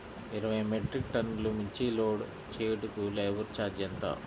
ఇరవై మెట్రిక్ టన్నులు మిర్చి లోడ్ చేయుటకు లేబర్ ఛార్జ్ ఎంత?